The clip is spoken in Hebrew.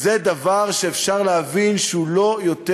זה דבר שאפשר להבין שהוא לא יותר